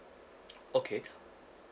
okay